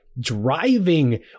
driving